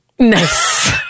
Nice